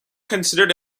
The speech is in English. considered